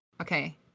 okay